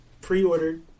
pre-ordered